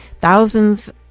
thousands